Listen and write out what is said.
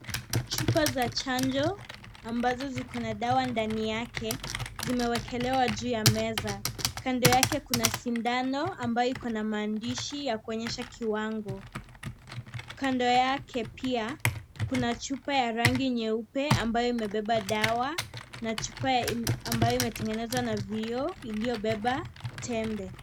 Chupa za chanjoa ambazo ziko na dawa ndani yake zimewekelewa juu ya meza. Kando yake kuna sindani ambayo iko na maandishi ya kuonyesha kiwango. Kando yake pia kuna chupa ya rangi nyeupe ambayo imebeba dawa na chupa ambayo imetengenezwa na kioo iliyobeba tembe.